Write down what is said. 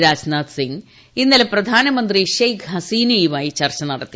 രാജ്നാഥ് സിംഗ് ഇന്നലെ പ്രധാനമന്ത്രി ഷേക് ഹസീനയുമായിട്ടു ചർച്ച നടത്തി